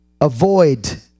Avoid